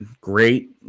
great